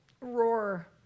roar